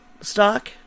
stock